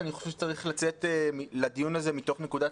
אני חושב שצריך לצאת לדיון הזה מתוך נקודת